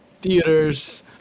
theaters